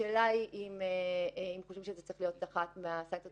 השאלה היא האם חושבים שזו צריכה להיות אחת מהסנקציות